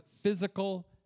physical